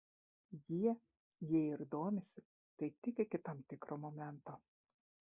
jie jei ir domisi tai tik iki tam tikro momento